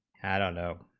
and no